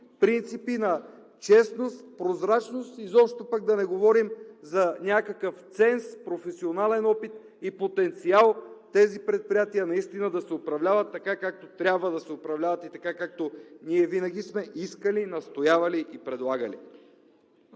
принципи на честност, прозрачност, изобщо пък да не говорим за някакъв ценз, професионален опит и потенциал тези предприятия наистина да се управляват така, както трябва да се управляват и така, както ние винаги сме искали, настоявали и предлагали.